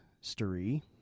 story